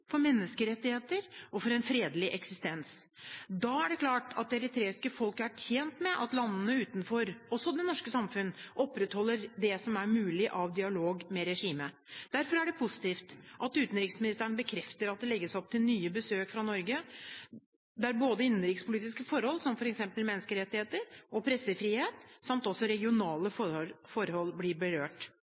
for menneskerettigheter og for en fredelig eksistens. Da er det klart at det eritreiske folket er tjent med at landene utenfor, også det norske samfunn, opprettholder det som er mulig av dialog med regimet. Derfor er det positivt at utenriksministeren bekrefter at det legges opp til nye besøk fra Norge, der både innenrikspolitiske forhold, som f.eks. menneskerettigheter og pressefrihet, og regionale forhold blir berørt.